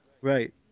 Right